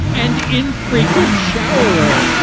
and infrequent shower